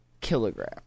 kilogram